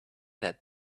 that